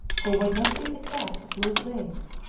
who would not be a cat of louis wain's,